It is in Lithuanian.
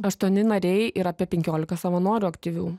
aštuoni nariai ir apie penkiolika savanorių aktyvių